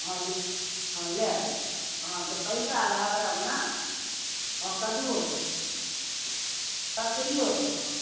हँ हँ लए जाउ हँ पैसा लहरब ने हँ कद्दुओ वला ककड़ियो बला